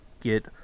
get